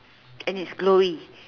and it's glowy